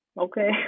okay